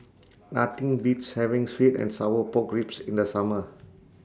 Nothing Beats having Sweet and Sour Pork Ribs in The Summer